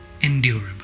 endurable